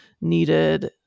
needed